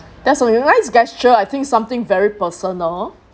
that's a really nice gesture I think something very personal